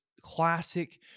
classic